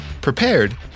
prepared